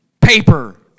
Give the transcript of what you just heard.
paper